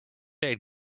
aid